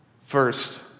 First